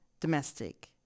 domestic